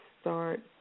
start